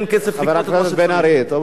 חבר הכנסת בן-ארי, בוא.